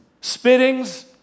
spittings